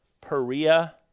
Perea